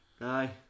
Aye